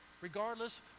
Regardless